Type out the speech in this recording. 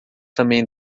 também